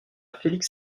félix